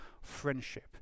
friendship